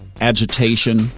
agitation